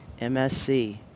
MSC